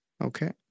Okay